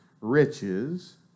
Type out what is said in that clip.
riches